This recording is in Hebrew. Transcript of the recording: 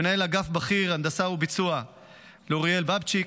למנהל אגף בכיר הנדסה וביצוע אוריאל בבצי'ק,